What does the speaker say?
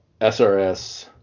SRS